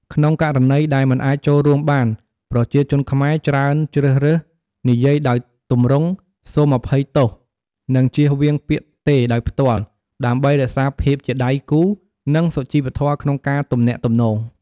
ក្នុងករណីដែលមិនអាចចូលរួមបាន ប្រជាជនខ្មែរច្រើនជ្រើសរើសនិយាយដោយទម្រង់ សូមអភ័យទោស និងចៀសវាងពាក្យ "ទេ" ដោយផ្ទាល់ ដើម្បីរក្សាភាពជាដៃគូរ និងសុជីវធម៌ក្នុងការទំនាក់ទំនង។